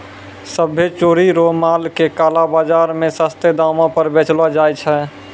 सभ्भे चोरी रो माल के काला बाजार मे सस्तो दामो पर बेचलो जाय छै